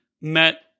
met